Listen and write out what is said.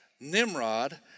Nimrod